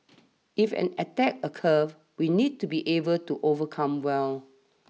if an attack occurs we need to be able to overcome well